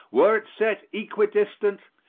were it set equidistant,